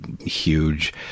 huge